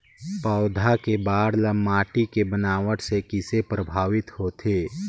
पौधा के बाढ़ ल माटी के बनावट से किसे प्रभावित होथे?